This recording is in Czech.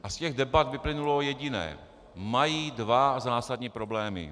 A z těch debat vyplynulo jediné mají dva zásadní problémy.